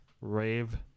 rave